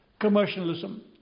Commercialism